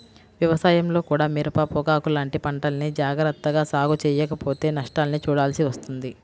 వ్యవసాయంలో కూడా మిరప, పొగాకు లాంటి పంటల్ని జాగర్తగా సాగు చెయ్యకపోతే నష్టాల్ని చూడాల్సి వస్తుంది